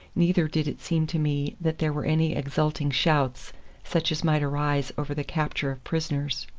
neither did it seem to me that there were any exulting shouts such as might arise over the capture of prisoners.